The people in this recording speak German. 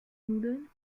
nudeln